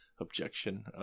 objection